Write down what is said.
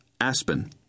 Aspen